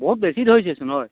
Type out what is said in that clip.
বহুত বেছি ধৰিছেচোন হয়